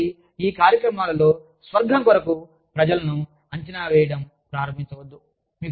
దయచేసి ఈ కార్యక్రమాలలో స్వర్గం కొరకు ప్రజలను అంచనా వేయడం ప్రారంభించవద్దు